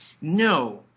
No